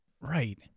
Right